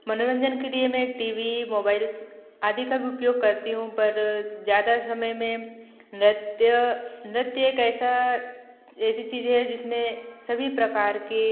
मनोरंजन के लिए मैं टी वी मोबैल्स आदि का उपयोग करती हूँ पर ज़्यादा समय में नृत्य नृत्य एक ऐसा ऐसी चीज है जिसमें सभी प्रकार के